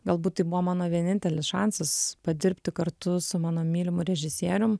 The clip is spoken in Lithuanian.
galbūt tai buvo mano vienintelis šansas padirbti kartu su mano mylimu režisierium